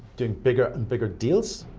getting bigger and bigger deals